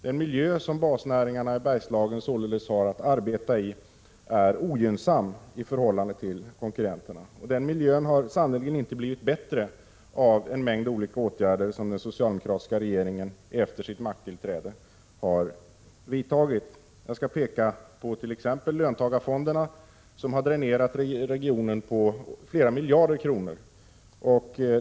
Den miljö som basnäringarna i Bergslagen således har att arbeta i är ogynnsam i förhållande till konkurrenternas. Och miljön har sannerligen inte blivit bättre av en mängd olika åtgärder som den socialdemokratiska regeringen efter sitt makttillträde har vidtagit. Jag kan peka på t.ex. löntagarfonderna, som har dränerat regionen på flera miljarder kronor.